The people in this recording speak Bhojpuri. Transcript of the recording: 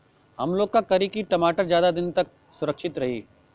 हमलोग का करी की टमाटर ज्यादा दिन तक सुरक्षित रही?